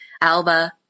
Alba